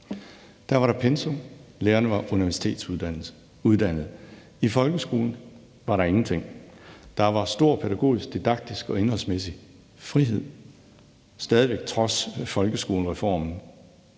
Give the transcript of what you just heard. Der var der pensum. Lærerne var universitetsuddannede. I folkeskolen var der ingenting. Der var stor pædagogisk, didaktisk og indholdsmæssig frihed stadig væk trods folkeskolereformen.